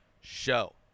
show